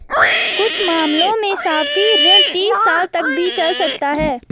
कुछ मामलों में सावधि ऋण तीस साल तक भी चल सकता है